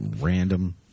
Random